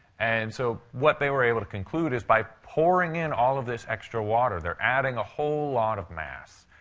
and so what they were able to conclude is, by pouring in all of this extra water, they're adding a whole lot of mass.